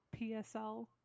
PSL